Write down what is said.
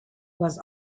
was